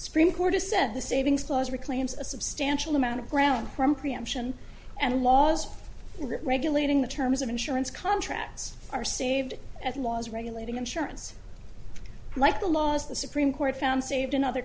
supreme court has said the savings clause reclaims a substantial amount of ground from preemption and laws regulating the terms of insurance contracts are saved as laws regulating insurance like the laws the supreme court found saved in other